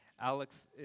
Alex